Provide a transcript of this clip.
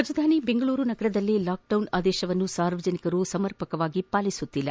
ರಾಜಧಾನಿ ಬೆಂಗಳೂರು ನಗರದಲ್ಲಿ ಲಾಕ್ಡೌನ್ ಆದೇಶವನ್ನು ಸಾರ್ವಜನಿಕರು ಸಮರ್ಪಕವಾಗಿ ಪಾಲಿಸುತ್ತಿಲ್ಲ